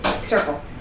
Circle